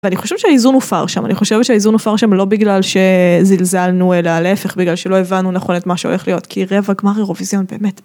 ואני חושבת שהאיזון הופר שם, אני חושבת שהאיזון הופר שם לא בגלל שזלזלנו אלא להפך, בגלל שלא הבנו נכון את מה שהולך להיות, כי רבע גמר אירוויזיון באמת.